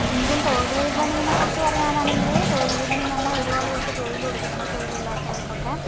Indian തൊഴിൽ വിപണീനെ കുറിച്ച് പറയാനാണെങ്കിൽ തൊഴിൽ വിപണീന്ന് പറഞ്ഞാൽ ഒരുപാട് പേർക്ക് തൊഴിൽ കൊടുക്കുന്നുണ്ട് തൊഴിലില്ലാത്തോർക്കൊക്കെ